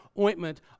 ointment